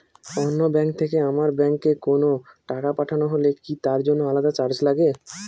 অন্য ব্যাংক থেকে আমার ব্যাংকে কোনো টাকা পাঠানো হলে কি তার জন্য আলাদা চার্জ লাগে?